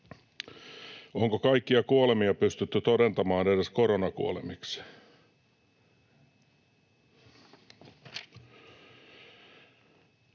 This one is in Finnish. Onko kaikkia kuolemia pystytty todentamaan edes koronakuolemiksi?